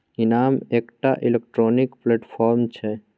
इनाम एकटा electronic platform छै